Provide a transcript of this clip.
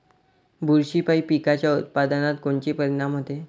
बुरशीपायी पिकाच्या उत्पादनात कोनचे परीनाम होते?